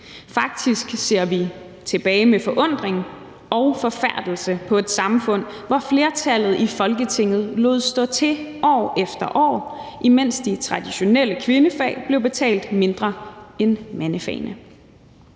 Faktisk ser vi tilbage med forundring og forfærdelse på et samfund, hvor flertallet i Folketinget lod stå til år efter år, imens man i de traditionelle kvindefag blev betalt mindre end i mandefagene.